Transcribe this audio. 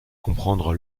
comprendre